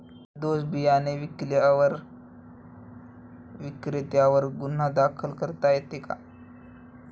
सदोष बियाणे विकल्यास विक्रेत्यांवर गुन्हा दाखल करता येतो का?